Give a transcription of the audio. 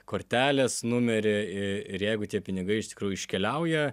kortelės numerį i ir jeigu tie pinigai iš tikrųjų iškeliauja